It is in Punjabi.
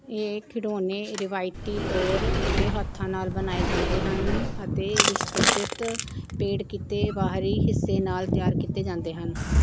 ਇਹ ਖਿਡੌਣੇ ਰਵਾਇਤੀ ਤੌਰ ਉੱਤੇ ਹੱਥਾਂ ਨਾਲ ਬਣਾਏ ਜਾਂਦੇ ਹਨ ਅਤੇ ਵਿਸਤ੍ਰਿਤ ਪੇਂਟ ਕੀਤੇ ਬਾਹਰੀ ਹਿੱਸੇ ਨਾਲ ਤਿਆਰ ਕੀਤੇ ਜਾਂਦੇ ਹਨ